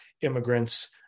immigrants